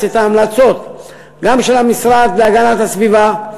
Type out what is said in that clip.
את ההמלצות של המשרד להגנת הסביבה,